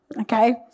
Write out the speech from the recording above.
Okay